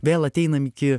vėl ateinam iki